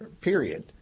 period